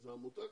זה עמותה.